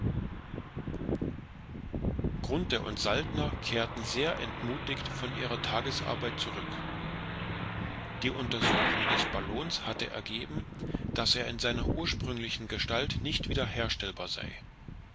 und saltner kehrten sehr entmutigt von ihrer tagesarbeit zurück die untersuchung des ballons hatte ergeben daß er in seiner ursprünglichen gestalt nicht wieder herstellbar sei